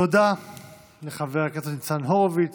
תודה לחבר הכנסת ניצן הורוביץ.